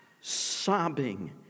sobbing